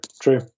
true